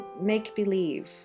make-believe